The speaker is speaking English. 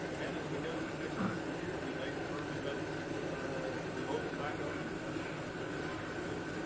and as we go through next fiscal year, we may determine that we've opened back up and it's feasible to do.